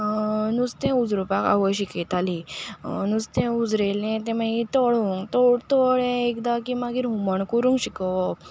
नुस्तें उजरोवपाक आवय शिकयताली नुस्तें उजरयलें तें मागीर तळूंक तळ तळ्ळें एकदां की मागीर हुमण करूंक शिकोवप